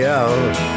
out